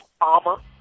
armor